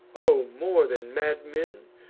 o more than madmen!